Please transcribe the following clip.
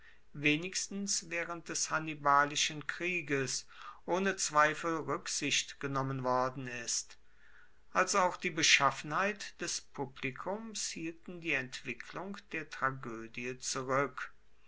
wenigstens waehrend des hannibalischen krieges ohne zweifel ruecksicht genommen worden ist als auch die beschaffenheit des publikums hielten die entwicklung der tragoedie zurueck